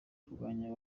kurwanya